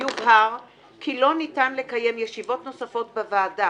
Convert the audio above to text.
יובהר כי לא ניתן לקיים ישיבות נוספות בוועדה